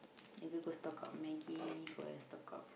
then need to stock up Maggi go and stock up